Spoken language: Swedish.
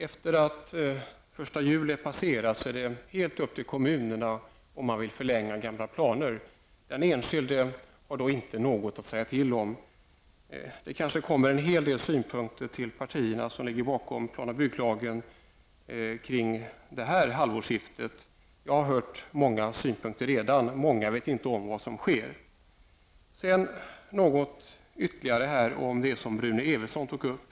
Efter den 1 juli ankommer det helt på kommunen, om gamla planer skall förlängas. Den enskilde har då ingenting att säga till om. Det kommer kanske vid halvårsskiftet en hel del synpunkter till de partier som ligger bakom plan och bygglagen. Jag har redan hört åtskilliga synpunkter. Många människor vet inte vad som sker. Sedan några ord om det som Rune Evensson tog upp.